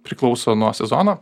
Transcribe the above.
priklauso nuo sezono